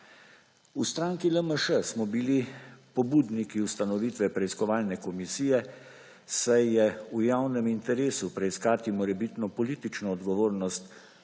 V stranki LMŠ smo bili pobudniki ustanovitve preiskovalne komisije, saj je v javnem interesu preiskati morebitno politično odgovornost